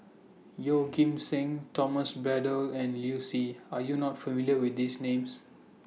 Yeoh Ghim Seng Thomas Braddell and Liu Si Are YOU not familiar with These Names